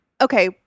okay